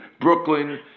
Brooklyn